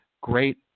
great